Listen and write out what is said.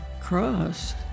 cross